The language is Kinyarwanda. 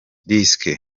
disk